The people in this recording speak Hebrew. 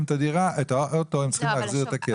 את האוטו הם צריכים להחזיר את הכסף.